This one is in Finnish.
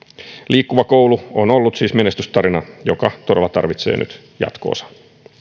liikkuva koulu on siis ollut menestystarina joka todella tarvitsee nyt jatko osan